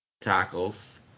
tackles